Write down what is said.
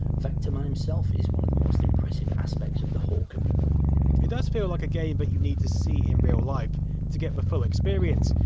vectorman himself is one of the most impressive aspects of the whole caboodle it does feel like a game that but you need to see in real life to get the full experience,